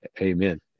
Amen